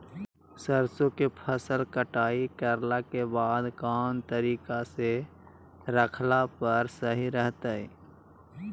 सरसों के फसल कटाई करला के बाद कौन तरीका से रखला पर सही रहतय?